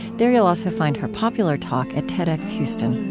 there you will also find her popular talk at tedxhouston